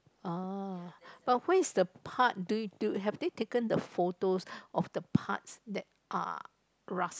orh but where is the part do do have they taken the photos of the parts that are rust